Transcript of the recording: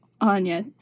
Anya